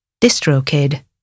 DistroKid